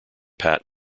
pat